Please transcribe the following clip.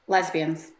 Lesbians